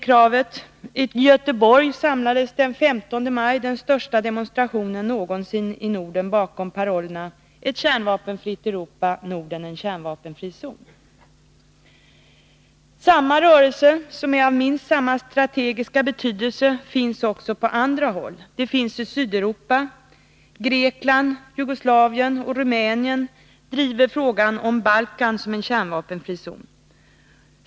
I Göteborg samlades den 15 maj den största demonstrationen någonsin i En liknande rörelse av minst samma strategiska betydelse finns i Sydeuropa. Grekland, Jugoslavien och Rumänien driver frågan om Balkan såsom kärnvapenfri zon.